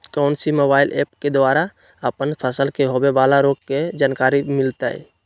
कौन सी mobile app के द्वारा अपन फसल के होबे बाला रोग के जानकारी मिलताय?